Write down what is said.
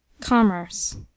commerce